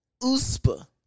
USPA